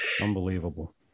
Unbelievable